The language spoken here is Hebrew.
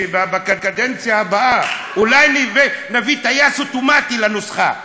שבקדנציה הבאה אולי נביא טייס אוטומטי לנוסחה,